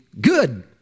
good